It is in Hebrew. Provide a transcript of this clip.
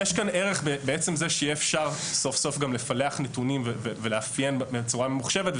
ערך בעצם זה שיהיה אפשר סוף סוף גם לפלח נתונים ולאפיין בצורה ממוחשבת,